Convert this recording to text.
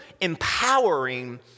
empowering